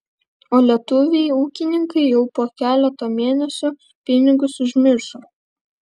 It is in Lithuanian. o lietuviai ūkininkai jau po keleto mėnesių pinigus užmiršo